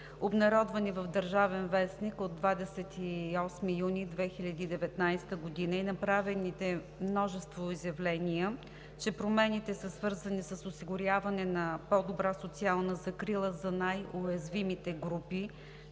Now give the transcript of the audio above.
обнародвани в „Държавен вестник“ от 28 юни 2019 г., и направените множество изявления, че промените са свързани с осигуряване на по-добра социална закрила за най-уязвимите групи